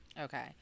Okay